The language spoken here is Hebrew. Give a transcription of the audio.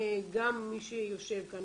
גם מי שיושב כאן,